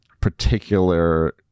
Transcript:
particular